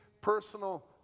personal